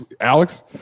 Alex